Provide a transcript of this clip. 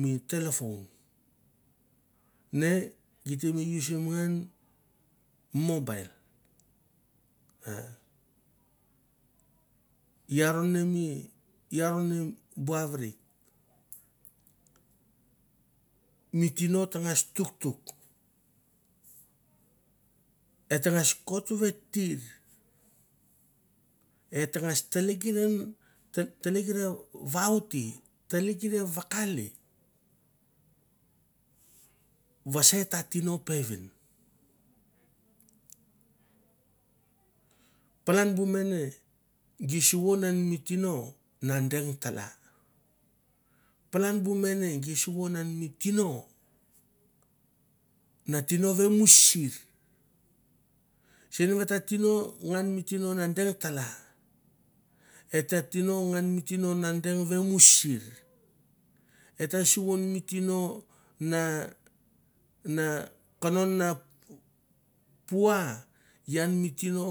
Mi telephone ne gi te nie usim ngan mi mobile ah i aron ne mi, i aron ne mi ne bu aret, mi tino tangas tuktuk et tangas tuktuk et tangas kot vet tir, et tangos tlekeran hekere vaute telekere vakale vesa e ta tino peven. Palan bu mene gi suvon an mi tino na deng tala bu mene gi suvon on mi tino na tino vamusir, sen va et ta tino ngan mi tino na deng tala, et ta tino ngan mi tino na deng vamusir, et ta suvon mi tino na ta na pua iau mi tino